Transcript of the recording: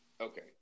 Okay